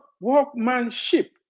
workmanship